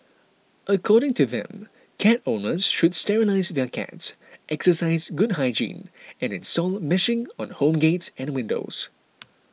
according to them cat owners should sterilise their cats exercise good hygiene and install meshing on home gates and windows